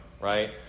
right